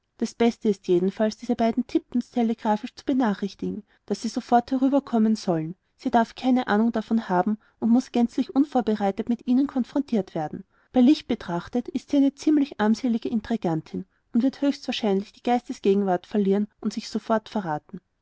das beste ist jedenfalls diese beiden tiptons telegraphisch zu benachrichtigen daß sie sofort herüberkommen sollen sie darf keine ahnung davon haben und muß gänzlich unvorbereitet mit ihnen konfrontiert werden bei licht betrachtet ist sie eine ziemlich armselige intrigantin und wird höchst wahrscheinlich die geistesgegenwart verlieren und sich sofort verraten